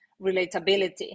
relatability